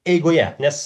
eigoje nes